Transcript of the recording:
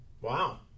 wow